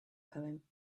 poem